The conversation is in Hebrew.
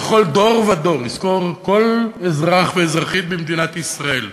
בכל דור ודור יזכרו כל אזרח ואזרחית במדינת ישראל,